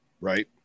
right